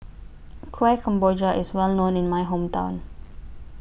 Kueh Kemboja IS Well known in My Hometown